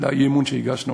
לאי-אמון שהגשנו